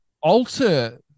alter